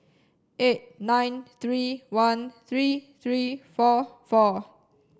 eight nine three one three three four four